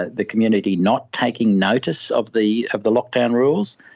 ah the community not taking notice of the of the lockdown rules.